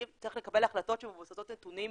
אם צריך לקבל החלטות שהן מבוססות נתונים,